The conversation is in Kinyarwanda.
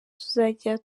tuzajya